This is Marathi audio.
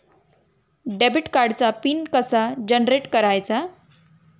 डेबिट कार्डचा पिन कसा जनरेट करायचा?